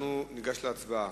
ניגש להצבעה.